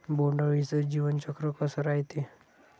बोंड अळीचं जीवनचक्र कस रायते?